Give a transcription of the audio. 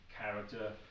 character